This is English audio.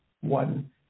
one